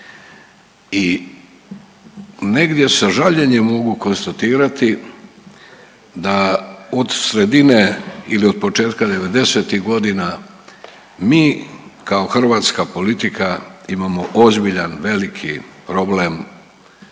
i negdje sa žaljenjem mogu konstatirati da od sredine ili od početka '90.-tih godina mi kao hrvatska politika imamo ozbiljan i veliki problem